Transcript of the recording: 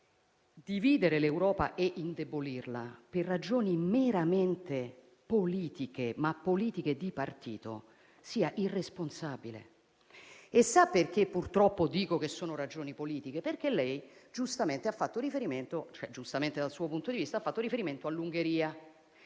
dividere l'Europa e indebolirla, per ragioni meramente politiche, ma di partito, sia irresponsabile. E sa perché, purtroppo, dico che sono ragioni politiche? Perché lei giustamente ha fatto riferimento (giustamente dal suo punto di vista) all'Ungheria.